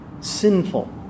sinful